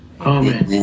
Amen